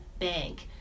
bank